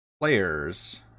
players